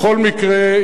בכל מקרה,